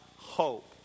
hope